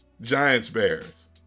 Giants-Bears